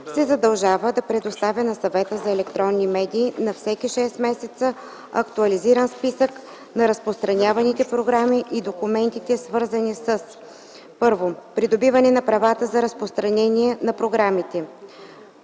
се задължава да предоставя на Съвета за електронни медии на всеки шест месеца актуализиран списък на разпространяваните програми и документите, свързани с: 1. придобиване на правата за разпространение на програмите;